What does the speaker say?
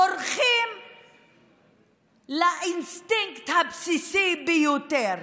בורחים לאינסטינקט הבסיסי ביותר